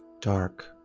dark